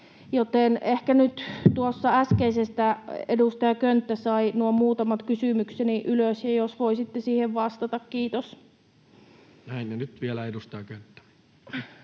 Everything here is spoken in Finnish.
joten ehkä nyt tuosta äskeisestä edustaja Könttä sai nuo muutamat kysymykseni ylös, ja jos voisitte siihen vastata. — Kiitos. [Speech 219] Speaker: Toinen